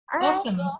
awesome